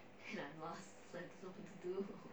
must do